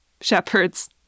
shepherds